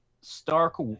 stark